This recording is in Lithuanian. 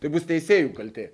tai bus teisėjų kaltė